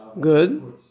Good